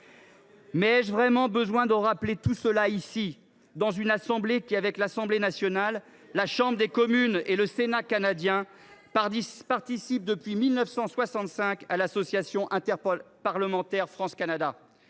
Mais ai je vraiment besoin de rappeler tout cela devant le Sénat, qui, avec l’Assemblée nationale, la Chambre des communes et le Sénat canadiens, participe, depuis 1965, à l’Association interparlementaire France Canada